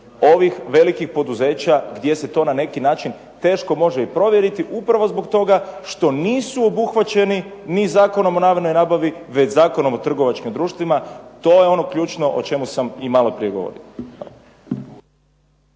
ovih velikih poduzeća gdje se to na neki način teško može i provjeriti upravo zbog toga što nisu obuhvaćeni ni Zakonom o javnoj nabavi već Zakonom o trgovačkim društvima. To je ono ključno o čemu sam i maloprije govorio.